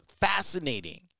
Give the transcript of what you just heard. fascinating